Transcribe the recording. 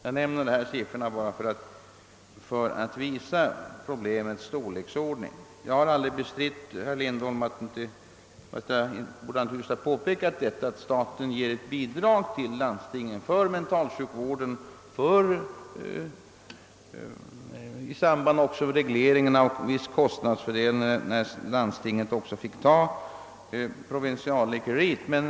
Jag nämner dessa siffror bara för att visa problemets storleksordning. Jag borde naturligtvis ha påpekat, herr Lindholm, att staten ger ett bidrag till landstingen för mentalsjukvården och att det också genomförts en viss kostnadsfördelning när landstingen fick överta provinsialläkarinstitutionen.